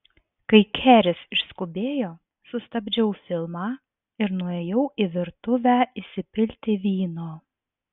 kai keris išskubėjo sustabdžiau filmą ir nuėjau į virtuvę įsipilti vyno